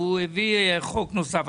הוא הביא חוק נוסף.